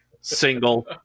single